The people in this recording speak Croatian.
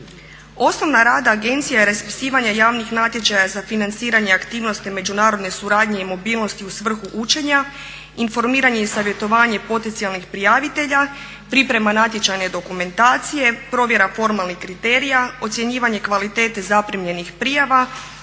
Osnovni rad agencije je raspisivanje javnih natječaja za financiranje aktivnosti međunarodne suradnje i mobilnosti u svrhu učenja, informiranje i savjetovanje potencijalnih prijavitelja, priprema natječajne dokumentacije, provjera formalnih kriterija, ocjenjivanje kvalitete zaprimljenih prijava,